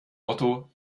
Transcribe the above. motto